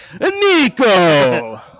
Nico